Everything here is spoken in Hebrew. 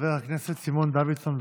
חבר הכנסת סימון דוידסון,